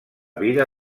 vida